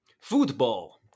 Football